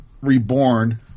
Reborn